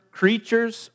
creatures